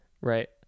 Right